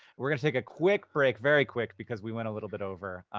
we're gonna take a quick break. very quick, because we went a little bit over.